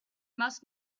must